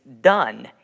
done